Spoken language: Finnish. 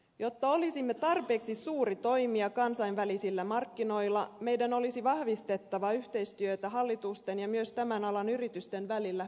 jotta olisimme tarpeeksi suuri toimija kansainvälisillä markkinoilla meidän olisi vahvistettava yhteistyötä hallitusten ja myös tämän alan yritysten välillä pohjoismaissa